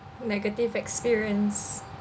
negative experience